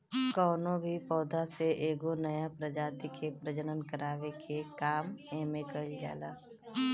कवनो भी पौधा से एगो नया प्रजाति के प्रजनन करावे के काम एमे कईल जाला